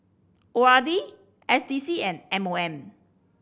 O R D S D C and M O M